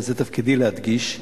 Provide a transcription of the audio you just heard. וזה תפקידי להדגיש אותו,